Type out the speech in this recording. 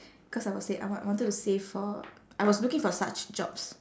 cause I was sa~ I w~ I wanted to save for I was looking for such jobs